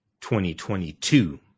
2022